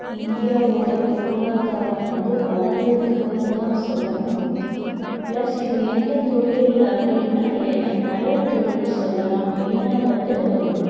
இந்தியாவோட பொருளாதாரம் வந்து வளந்திருக்குன்னு தான் சொல்லணும் ப்ளஸ் இது எந்த தொழில் அப்படின்னா ஏ நிறையா தொழில் சொல்லலாம் மெய்னாக வந்து